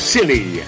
Silly